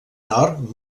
nord